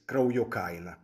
kraujo kaina